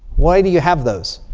why do you have those?